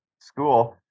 school